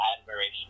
admiration